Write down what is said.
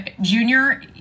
Junior